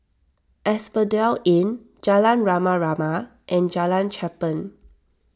Asphodel Inn Jalan Rama Rama and Jalan Cherpen